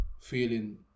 feeling